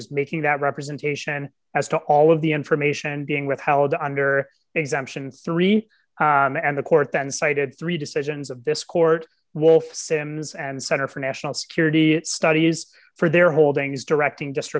was making that representation as to all of the information being withheld under exemption three and the court then cited three decisions of this court wolf sims and center for national security studies for their holdings directing just